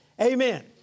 amen